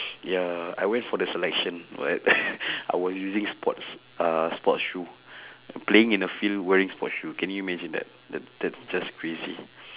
ya I went for the selection but I was using sports uh sport shoe playing in the field wearing sports shoe can you imagine that that that's just crazy